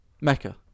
Mecca